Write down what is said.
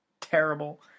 terrible